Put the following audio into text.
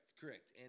Correct